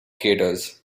theatres